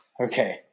Okay